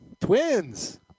Twins